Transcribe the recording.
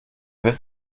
wird